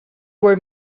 were